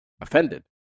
offended